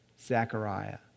Zechariah